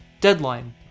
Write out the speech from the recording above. Deadline